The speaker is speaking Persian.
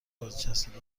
بازنشستگان